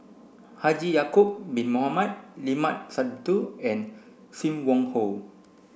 Haji Ya'acob bin Mohamed Limat Sabtu and Sim Wong Hoo